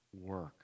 work